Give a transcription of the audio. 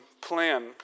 plan